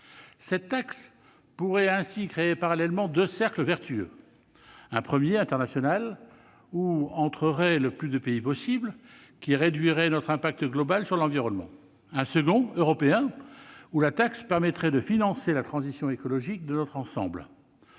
Cette taxe pourrait ainsi créer parallèlement deux cercles vertueux : un premier, international, où entreraient le plus de pays possible, qui réduirait notre impact global sur l'environnement ; un second, européen, où la taxe permettrait de financer la transition écologique de notre ensemble.